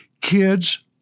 Kids